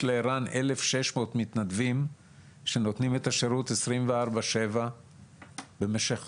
יש לער"ן 1,600 מתנדבים שנותנים את השירות 24/7 במשך